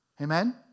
Amen